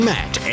Matt